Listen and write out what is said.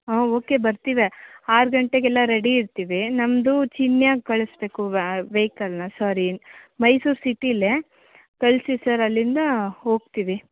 ಹಾಂ ಓಕೆ ಬರ್ತೀವಿ ಆರು ಗಂಟೆಗೆಲ್ಲ ರೆಡಿ ಇರ್ತೀವಿ ನಮ್ಮದು ಚಿನ್ಯಾಗ್ ಕಳಿಸ್ಬೇಕು ವ ವೆಯ್ಕಲ್ನನ್ನ ಸ್ವಾರಿ ಮೈಸೂರು ಸಿಟಿಲೇ ಕಳಿಸಿ ಸರ್ ಅಲ್ಲಿಂದ ಹೋಗ್ತೀವಿ